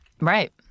Right